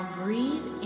breathe